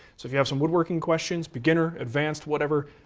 so if you have some wood working questions, beginner, advanced, whatever,